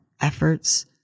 efforts